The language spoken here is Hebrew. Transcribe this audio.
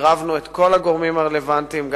עירבנו את כל הגורמים הרלוונטיים,